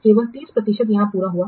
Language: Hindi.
केवल 30 प्रतिशत यहां पूरा हुआ